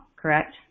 correct